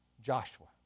Joshua